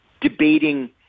debating